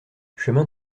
chemin